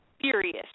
furious